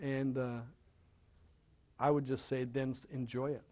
and i would just say dense enjoy it